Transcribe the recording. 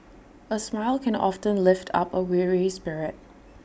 A smile can often lift up A weary spirit